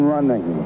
Running